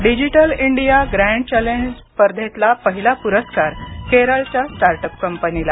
digital India grand challenge स्पर्धेतला पहिला पुरस्कार केरळच्या स्टार्ट अप कंपनीला